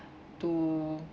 to